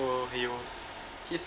so you he's